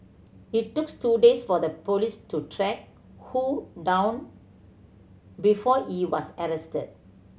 it took two days for the police to track Ho down before he was arrested